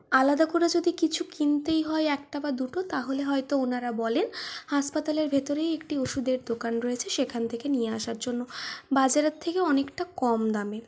আলাদা করে যদি কিছু কিনতেই হয় একটা বা দুটো তাহলে হয়ত ওনারা বলেন হাসপাতালের ভিতরেই একটি ওষুধের দোকান রয়েছে সেখান থেকে নিয়ে আসার জন্য বাজারের থেকে অনেকটা কম দামে